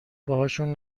باهاشون